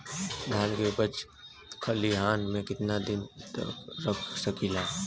धान के उपज खलिहान मे कितना दिन रख सकि ला?